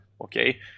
okay